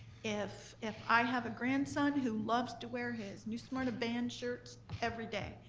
if if i have a grandson who loves to wear his new smyrna band shirts every day,